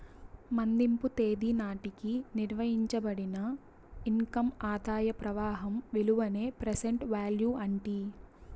మదింపు తేదీ నాటికి నిర్వయించబడిన ఇన్కమ్ ఆదాయ ప్రవాహం విలువనే ప్రెసెంట్ వాల్యూ అంటీ